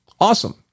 Awesome